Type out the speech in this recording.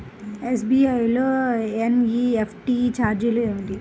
SBI లో NEFT ఛార్జీలు ఏమిటి?